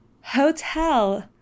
hotel